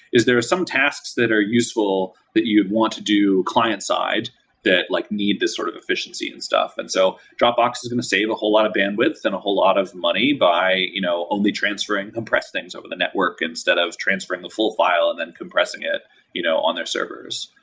is there are some tasks that are useful that you want to do client-side that like need this sort of efficiency and stuff. and so dropbox is going to save a whole lot of bandwidth and a whole lot of money by you know only transferring compressed things over the network instead of transferring the full file and then compress it you know on their servers.